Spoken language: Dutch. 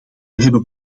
hebben